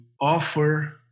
offer